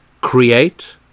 Create